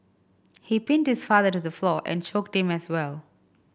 he pinned his father to the floor and choked him as well